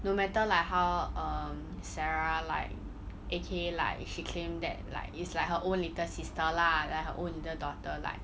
no matter like how um sarah like A_K_A like she claim that like is like her own little sister lah like her own little daughter